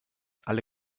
alle